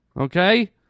Okay